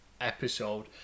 episode